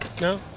No